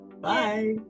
bye